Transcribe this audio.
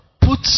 put